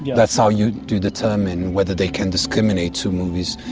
that's how you determine whether they can discriminate two movies.